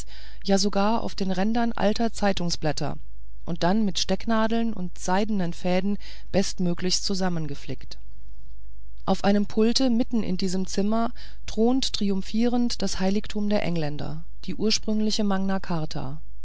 ja sogar auf den rändern alter zeitungsblätter und dann mit stecknadeln und seidenen fäden bestmöglichst zusammengeflickt auf einem pulte mitten in diesem zimmer thront triumphierend das heiligtum der engländer die ursprüngliche magna charta